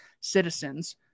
citizens